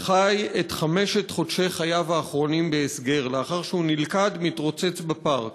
שחי את חמשת חודשי חייו האחרונים בהסגר לאחר שנלכד מתרוצץ בפארק.